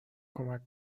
کمک